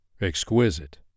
exquisite